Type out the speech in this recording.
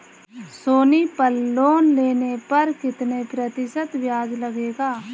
सोनी पल लोन लेने पर कितने प्रतिशत ब्याज लगेगा?